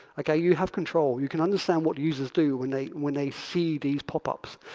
like you have control. you can understand what users do when they when they see these pop-ups.